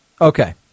Okay